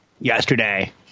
yesterday